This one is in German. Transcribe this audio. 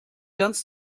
ganz